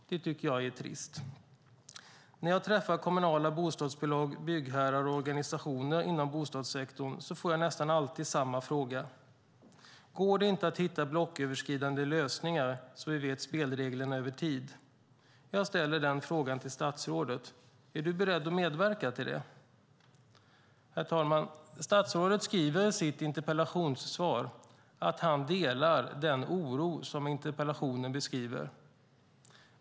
Det tycker jag är trist. När jag träffar företrädare för kommunala bostadsbolag, byggherrar och organisationer inom bostadssektorn får jag nästan alltid samma fråga: Går det inte att hitta blocköverskridande lösningar så att vi vet spelreglerna över tid? Jag ställer den frågan till statsrådet. Är du beredd att medverka till det? Herr talman! Statsrådet skriver i sitt interpellationssvar att han delar den oro som beskrivs i interpellationen.